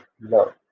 love